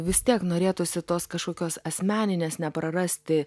vis tiek norėtųsi tos kažkokios asmeninės neprarasti